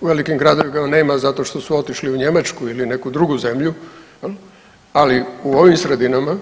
U velikim gradovima ga nema zato što su otišli u Njemačku ili neku drugu zemlju, ali u ovim sredinama